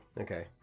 Okay